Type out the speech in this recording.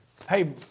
Hey